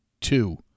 two